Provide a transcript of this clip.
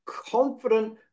confident